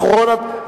כמה דוברים?